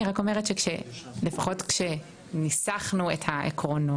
אני רק אומרת שכשניסחנו את העקרונות,